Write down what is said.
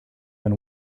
been